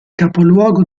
capoluogo